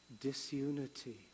disunity